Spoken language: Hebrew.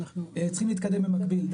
אנחנו צריכים להתקדם במקביל,